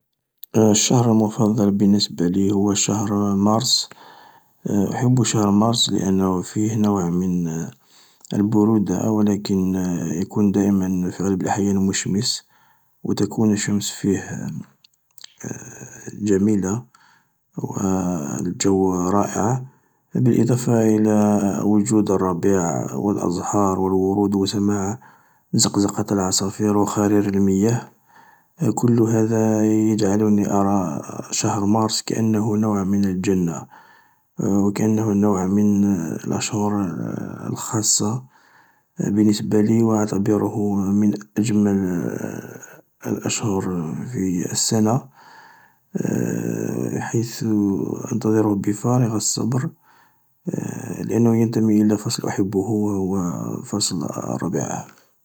الشهر المفضل بالنسبة لي هو شهر مارس د، أحب شهر مارس لانه فيه نوع من البرودة ولكن يكون دائما في غالي الأحيان مشمس و تكون الشمس فيه جميلة و الجو رائع بالإضافة إلى وجود الربيع و الأزهار و الورود و السماء و زقزقة العصافير وخرير المياه، كل هذا يجعلني ارى شهر مارس كأنه نوع من الجنة، وكأنه نوع من الأشهر الخاصة بالنسبة لي و اعتبره من أجمل الأشهر في السنة حيث انتظره بفارغ الصبر لأنه ينتمي الى فصل أحبه وهو فصل الربيع.